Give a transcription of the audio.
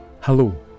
Hello